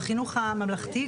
בחינוך הממלכתי,